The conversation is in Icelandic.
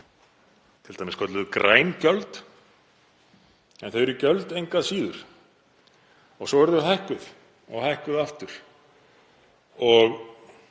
t.d. kölluð græn gjöld en þau eru gjöld engu að síður. Svo eru þau hækkuð og hækkuð aftur.